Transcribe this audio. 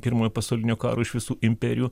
pirmojo pasaulinio karo iš visų imperijų